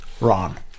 Ron